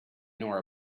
nor